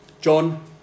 John